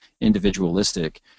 individualistic